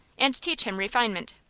and teach him refinement.